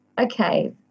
okay